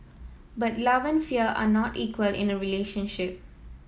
but love and fear are not equal in a relationship